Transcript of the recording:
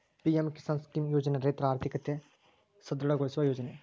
PM Kisan scheme ಯೋಜನೆ ರೈತರ ಆರ್ಥಿಕತೆ ಸದೃಢ ಗೊಳಿಸುವ ಯೋಜನೆ